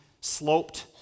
sloped